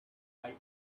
always